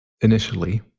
initially